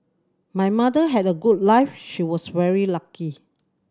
my mother had a good life she was very lucky